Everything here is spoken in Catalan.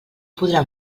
podrà